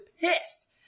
pissed